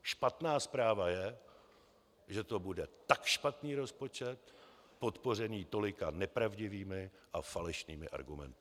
Špatná zpráva je, že to bude tak špatný rozpočet podpořený tolika nepravdivými a falešnými argumenty.